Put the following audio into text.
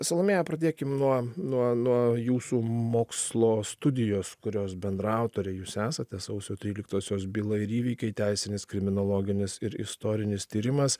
salomėja pradėkim nuo nuo nuo jūsų mokslo studijos kurios bendraautorė jūs esate sausio tryliktosios byla ir įvykiai teisinis kriminologinis ir istorinis tyrimas